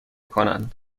کنند